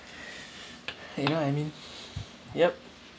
you know I mean yup